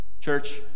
Church